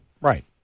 Right